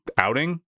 outing